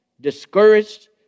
discouraged